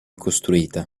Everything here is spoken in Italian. costruita